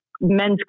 men's